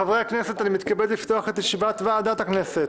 חברי הכנסת, אני מתכבד לפתוח את ישיבת ועדת הכנסת.